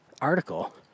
article